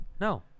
No